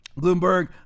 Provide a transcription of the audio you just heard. Bloomberg